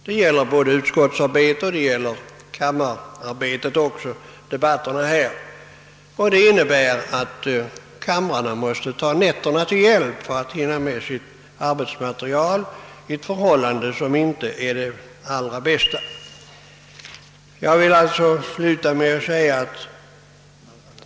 Det gäller både utskottsarbetet och debatterna i kamrarna. Det innebär att kamrarna måste ta nätterna till hjälp, vilket inte är den allra bästa arbetsordningen.